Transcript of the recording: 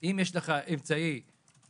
אם יש לך אמצעי להתפנות,